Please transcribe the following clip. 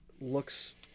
looks